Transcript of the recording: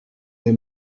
des